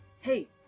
hey